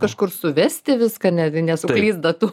kažkur suvesti viską ne nesuklyst datų